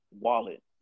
wallet